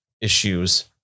issues